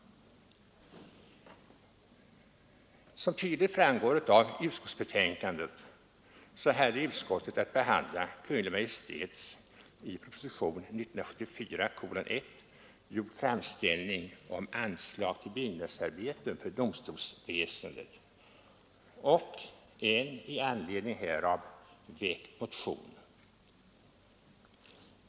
Som tydligt framgår av betänkandet hade utskottet att behandla Kungl. Maj:ts i propositionen 1 år 1974 gjorda framställning om anslag till byggnadsarbeten för domstolsväsendet och en i anledning härav väckt motion.